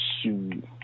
shoot